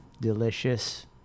delicious